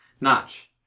Notch